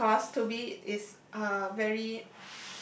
because Toby is a very